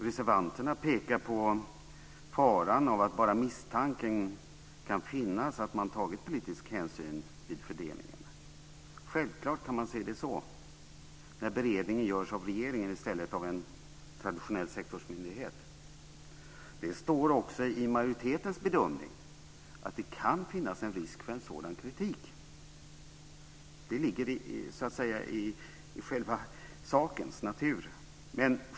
Reservanterna pekar på faran av att misstanken finns att man har tagit politisk hänsyn vid fördelningarna. Självklart går det att se det så när beredningen sker av regeringen i stället för av en traditionell sektorsmyndighet. Det står också i majoritetens bedömning att det kan finnas en risk för en sådan kritik. Det ligger i sakens natur.